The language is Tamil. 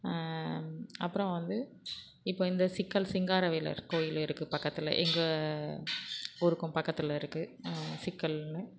அப்புறம் வந்து இப்போ இந்த சிக்கல் சிங்காரவேலர் கோயில் இருக்குது பக்கத்தில் எங்கள் ஊருக்கும் பக்கத்தில் இருக்குது சிக்கல்னு